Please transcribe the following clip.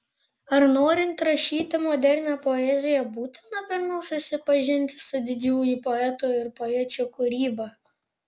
ar norint rašyti modernią poeziją būtina pirmiau susipažinti su didžiųjų poetų ir poečių kūryba